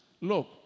look